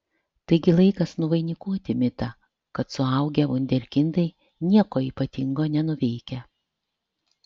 taigi laikas nuvainikuoti mitą kad suaugę vunderkindai nieko ypatingo nenuveikia